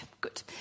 good